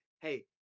Hey